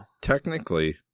technically